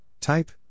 Type